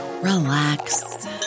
relax